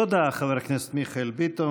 תודה, חבר הכנסת מיכאל ביטון.